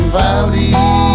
valley